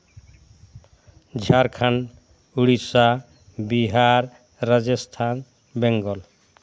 Jharkhand Odisha Bihar Rajasthan Bengal